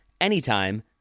anytime